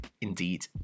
indeed